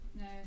No